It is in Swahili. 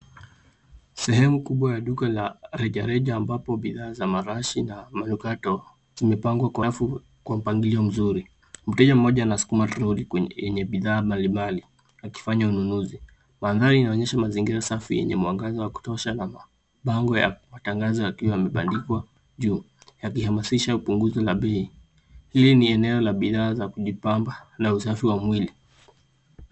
Sehemu kubwa ya duka la rejareja ambapo bidhaa za marashi na manukato zimepangwa Kwa rafu kwa mbangilio mzuri ,mteja mmoja anasukuma troli yenye bidhaa mbalimbali akifanya ununusi, manthari inaonyesha mazingira safi yenye mwangaza wa kutosha na mapango ya matangazo yakiwa yamepandikwa juu yakiamasisha upunguzi la bei, hili ni eneo la bidhaa za kujipamba na usafi wa mwili